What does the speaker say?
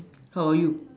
how about you